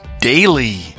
daily